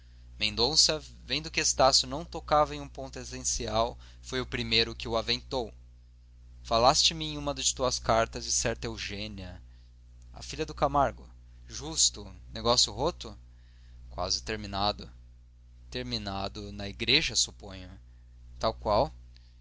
mendonça vendo que estácio não tocava em um ponto essencial foi o primeiro que o aventou falaste me em uma de tuas cartas de certa eugênia a filha do camargo justo negócio roto quase terminado terminado na igreja suponho tal qual